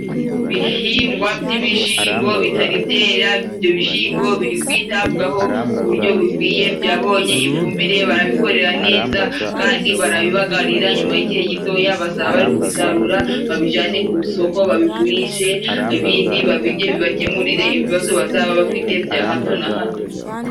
Ibihingwa by'ibishimbo bitari byera, ibyo bishimbo biri kwitabwaho ku buryo bukwiye, byabonye ifumbire, barabikorera neza kandi barabibaganira, nyuma y'igihe gitoya bazaba bari kubisarura babijane ku isoko babigurishe, ibindi babirye, bibakemurire ibibazo bazaba bafite bya hato na hato.